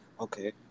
Okay